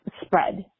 spread